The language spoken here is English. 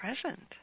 present